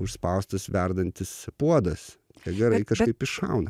užspaustas verdantis puodas gerai kažkaip iššauna